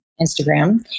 Instagram